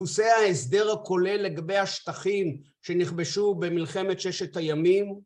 וזה ההסדר הכולל לגבי השטחים שנכבשו במלחמת ששת הימים.